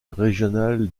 régional